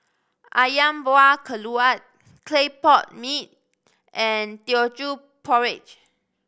Ayam Buah Keluak clay pot mee and Teochew Porridge